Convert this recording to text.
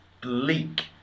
bleak